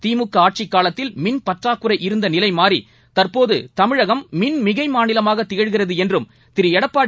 திமுக ஆட்சிக் காலத்தில் மின்பற்றாக்குள் இருந்த நிலைமாறி தற்போது தமிழகம் மின்மிகை மாநிலமாக திகழ்கிறது என்றும் திரு எடப்பாடி